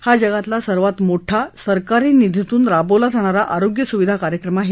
हा जगातला सर्वात मोठा सरकारी निधीतून राबवला जाणारा आरोग्य सुविधा कार्यक्रम आहे